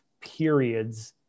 periods